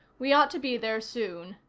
we ought to be there soon.